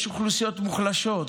יש אוכלוסיות מוחלשות,